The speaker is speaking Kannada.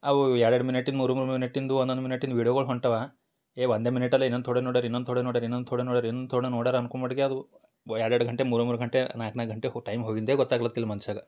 ಅವು ಎರಡು ಮಿನಿಟಿದ ಮೂರು ಮೂರು ಮಿನಿಟಿಂದ ಒನ್ನೊಂದು ಮಿನಿಟಿಂದ ವೀಡಿಯೊಗಳು ಹೊಂಟವಾ ಏ ಒಂದೇ ಮಿನಿಟಲ್ಲಿ ಇನ್ನೊಂದು ಥೋಡೆ ನೋಡ್ಯಾರ ಇನ್ನೊಂದು ಥೋಡೆ ನೋಡ್ಯಾರ ಇನ್ನೊಂದು ಥೋಡೆ ನೋಡ್ಯಾರ ಇನ್ನೊಂದು ಥೋಡೆ ನೋಡ್ಯಾರ ಅನ್ಕೊಂಮಟ್ಗೆ ಅದು ಎರಡು ಎರಡು ಗಂಟೆ ಮೂರು ಮೂರು ಗಂಟೆ ನಾಲ್ಕು ನಾಲ್ಕು ಗಂಟೆ ಹೊ ಟೈಮ್ ಹೋಗಿದ್ದೇ ಗೊತ್ತಾಗ್ಲತಿಲ್ಲ ಮನುಷ್ಯಾಗ